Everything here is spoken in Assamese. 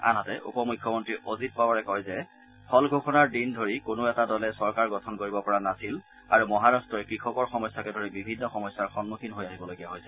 আনহাতে উপ মুখ্যমন্ত্ৰী অজিত পাৱাৰে কয় যে ফল ঘোষণাৰ দিন ধৰি কোনো এটা দলে চৰকাৰ গঠন কৰিব পৰা নাছিল আৰু মহাৰাট্টই কৃষকৰ সমস্যাকে ধৰি বিভিন্ন সমস্যাৰ সন্মুখীন হৈ আহিবলগীয়া হৈছিল